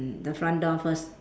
mm the front door first